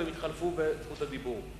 וברכה, והם התחלפו בזכות הדיבור.